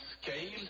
scale